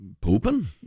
Pooping